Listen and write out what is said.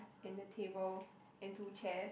and a table and two chairs